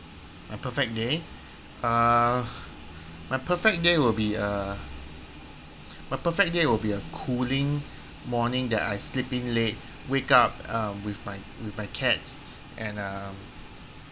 my perfect day err my perfect day will be a my perfect day will be a cooling morning that I sleep in late wake up um with my with my cats and uh